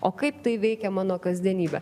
o kaip tai veikia mano kasdienybę